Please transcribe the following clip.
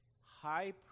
high